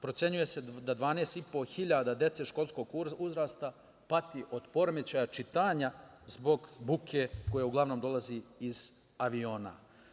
Procenjuje se da 12,5 hiljada dece školskog uzrasta pati od poremećaja čitanja zbog buke koja uglavnom dolazi iz aviona.